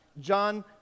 John